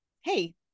hey